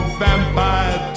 vampire